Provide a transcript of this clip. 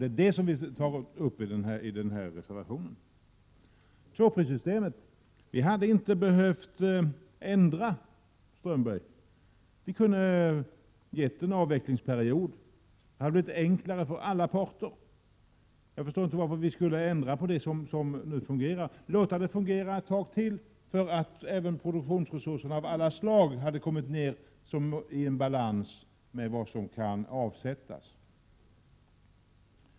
Det är detta som vi tar upp i reservationen. Vi hade inte behövt ändra tvåprissystemet, Håkan Strömberg. Vi hade kunnat ha en avvecklingsperiod. Då hade det blivit enklare för alla parter. Jag förstår inte varför vi skulle ändra på det som nu fungerar. Det vore bättre att låta det fungera ett tag till, så att produktionsresurserna av alla slag kunde komma i balans med vad som kan avsättas.